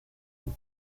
ein